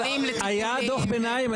אבל היה דוח ביניים?